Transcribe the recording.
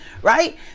right